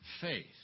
faith